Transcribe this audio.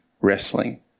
wrestling